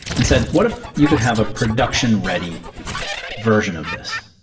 and said, what if you could have a production-ready version of this?